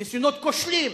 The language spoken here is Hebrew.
ניסיונות כושלים,